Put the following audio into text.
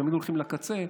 תמיד הולכים לקצה,